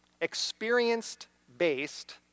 experienced-based